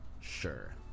sure